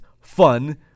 fun